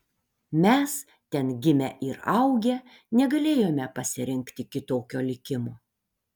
mes ten gimę ir augę negalėjome pasirinkti kitokio likimo